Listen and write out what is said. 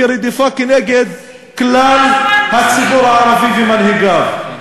רדיפה כנגד כלל הציבור הערבי ומנהיגיו.